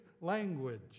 language